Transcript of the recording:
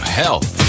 health